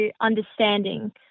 understanding